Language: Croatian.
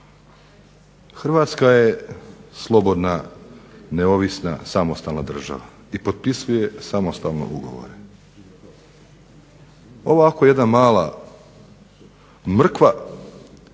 Hrvatska je slobodna, neovisna, samostalna država i potpisuje samostalno ugovore. Ovako jedna mala mrkva